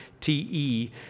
te